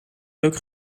leuk